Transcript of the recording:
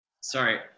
sorry